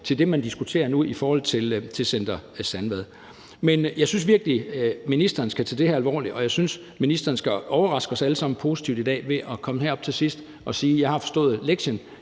til det, man diskuterer nu i forhold til Center Sandvad. Jeg synes virkelig, at ministeren skal tage det her alvorligt, og jeg synes, ministeren skal overraske os alle sammen positivt i dag ved at komme herop til sidst og sige: Jeg har forstået lektien,